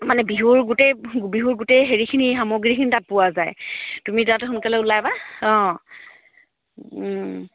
মানে বিহুৰ গোটেই বিহুৰ গোটেই হেৰিখিনি সামগ্ৰীখিনি তাত পোৱা যায় তুমি তাতে সোনকালে ওলাবা অঁ